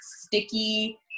sticky